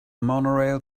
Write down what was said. monorail